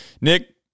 Nick